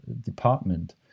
department